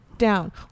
Down